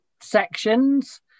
sections